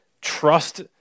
trust